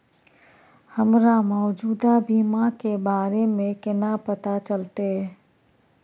हमरा मौजूदा बीमा के बारे में केना पता चलते?